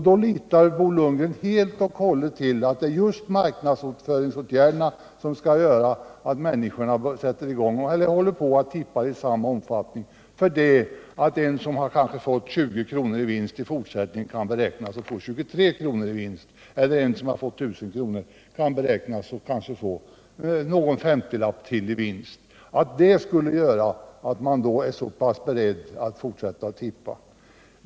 Då litar Bo Lundgren helt på att just marknadsföringsåtgärderna skall göra att människorna håller på och tippar i samma omfattning. En som förut fått 20 kr. i vinst beräknas i fortsättningen få 23 kr. i vinst, och en som fått I 000 kr. kan beräknas få någon 50-lapp mer i vinst. Detta skulle alltså göra att man var beredd att fortsätta tippa.